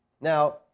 Now